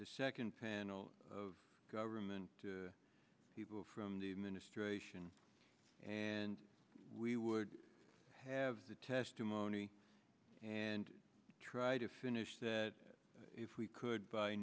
the second panel of government people from the administration and we would have the testimony and try to finish that if we could by